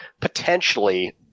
potentially